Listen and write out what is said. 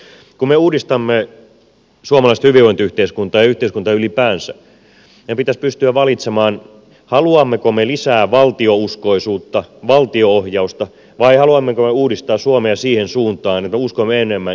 kun me uudistamme suomalaista hyvinvointiyhteiskuntaa ja yhteiskuntaa ylipäänsä meidän pitäisi pystyä valitsemaan haluammeko me lisää valtiouskoisuutta valtio ohjausta vai haluammeko me uudistaa suomea siihen suuntaan että me uskomme enemmän ihmiseen